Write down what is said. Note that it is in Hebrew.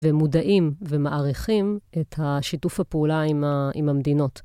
ומודעים ומעריכים את השיתוף הפעולה עם המדינות.